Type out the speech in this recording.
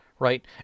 Right